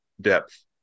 depth